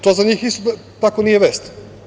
To za njih isto tako nije vest.